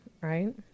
Right